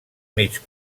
mig